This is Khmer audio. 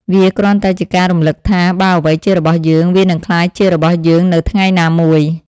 វាគ្រាន់តែជាការរំលឹកថា បើអ្វីជារបស់យើង វានឹងក្លាយជារបស់យើងនៅថ្ងៃណាមួយ។